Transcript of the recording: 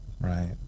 Right